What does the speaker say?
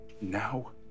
now